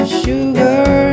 sugar